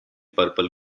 purple